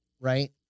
Right